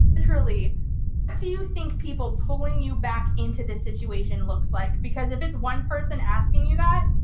truly what do you think people pulling you back into this situation looks like? because if it's one person asking you that,